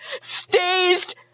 staged